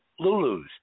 Lulus